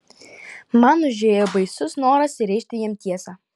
man užėjo baisus noras rėžti jam tiesą